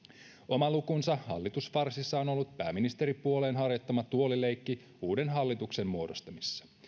oma lukunsa hallitusfarssissa on ollut pääministeripuolueen harjoittama tuolileikki uuden hallituksen muodostamisessa